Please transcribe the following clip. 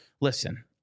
listen